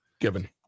Given